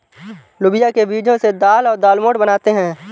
लोबिया के बीजो से दाल और दालमोट बनाते है